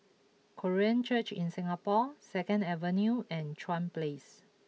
Korean Church in Singapore Second Avenue and Chuan Place